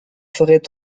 forêts